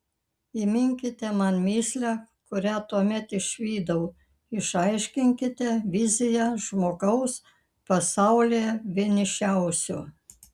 įminkite man mįslę kurią tuomet išvydau išaiškinkite viziją žmogaus pasaulyje vienišiausio